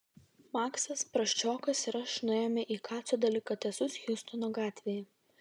maksas prasčiokas ir aš nuėjome į kaco delikatesus hjustono gatvėje